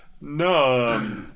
No